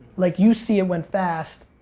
like you see it went fast,